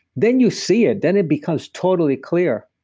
then you see it, then it becomes totally clear.